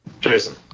Jason